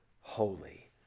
holy